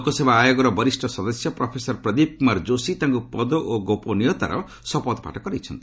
ଲୋକସେବା ଆୟୋଗର ବରିଷ୍ଣ ସଦସ୍ୟ ପ୍ରଫେସର ପ୍ରଦୀପ କୁମାର ଜୋଷି ତାଙ୍କୁ ପଦ ଓ ଗୋପନୀୟତାର ଶପଥପାଠ କରାଇଛନ୍ତି